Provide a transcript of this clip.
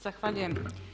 Zahvaljujem.